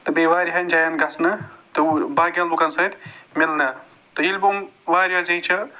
تہٕ بیٚیہِ واریاہَن جایَن گژھنہٕ تہٕ باقین لُکَن سۭتۍ میلنہٕ تہٕ ییٚلہِ بہٕ واریاہ زنہِ چھِ